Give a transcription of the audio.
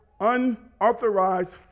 unauthorized